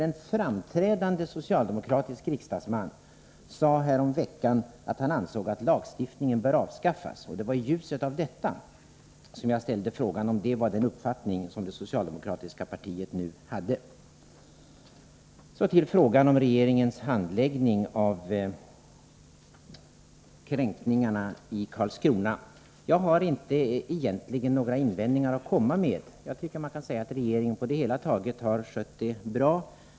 En framträdande socialdemokratisk riksdagsman sade häromveckan att han ansåg att ifrågavarande lagstiftning bör avskaffas. Det var i ljuset av detta som jag ställde frågan om det var denna uppfattning som det socialdemokratiska partiet nu hade. Så till frågan om regeringens handläggning av kränkningarna i Karlskrona. Jag har egentligen inte några invändningar att komma med. Jag tycker att regeringen på det hela taget har skött handläggningen bra.